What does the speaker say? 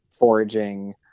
foraging